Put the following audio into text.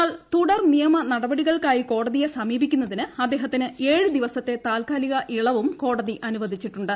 എന്നാൽ തുടർ നിയമ നടപടികൾക്കായി കോടതിയ്ക് സ്റ്മീപിക്കുന്നതിന് അദ്ദേഹത്തിന് ഏഴു ദിവസത്തെ താത്ക്കാലിക്കുള്ളവും കോടതി അനുവദിച്ചിട്ടുണ്ട്